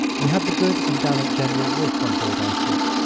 we had the good and gallant general wolfe on board our ship,